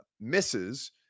misses